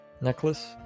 necklace